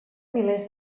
milers